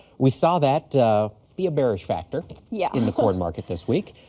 we saw that be a bearish factor yeah in the corn market this week.